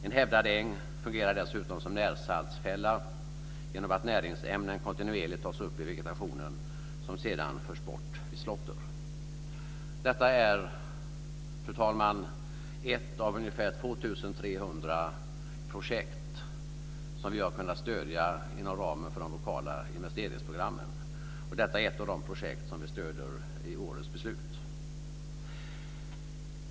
En hävdad äng fungerar dessutom som närsaltsfälla genom att näringsämnen kontinuerligt tas upp i vegetationen, som sedan förs bort i slåtter. Detta är, fru talman, ett av ungefär 2 300 projekt som vi har kunnat stödja inom ramen för de lokala investeringsprogrammen, och detta är ett av de projekt som vi stöder i årets beslut.